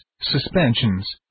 suspensions